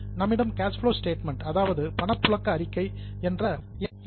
நம்மிடம் cash flow statement அதாவது பணப்புழக்க அறிக்கை என்ற ஒரு அறிக்கை உள்ளது